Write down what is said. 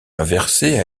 inversé